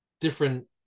different